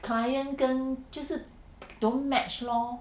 client 跟就是 don't match lor